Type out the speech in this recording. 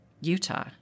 Utah